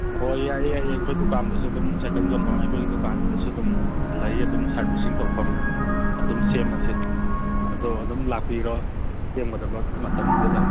ꯍꯣꯏ ꯌꯥꯏꯌꯦ ꯌꯥꯏꯌꯦ ꯑꯩꯈꯣꯏ ꯗꯨꯀꯥꯟꯗꯁꯨ ꯑꯗꯨꯝ ꯁꯥꯏꯀꯟ ꯌꯣꯟꯐꯝ ꯑꯩꯈꯣꯏꯒꯤ ꯗꯨꯀꯥꯟꯁꯤꯗꯁꯨ ꯑꯗꯨꯝ ꯂꯩ ꯑꯗꯨꯝ ꯁꯥꯔꯕꯤꯁꯤꯡ ꯇꯧꯐꯝ ꯑꯗꯨꯝ ꯁꯦꯝꯃꯁꯦ ꯑꯗꯣ ꯑꯗꯨꯝ ꯂꯥꯛꯄꯤꯔꯣ ꯁꯦꯝꯒꯗꯕ ꯃꯇꯝꯗꯨꯗ